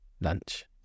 lunch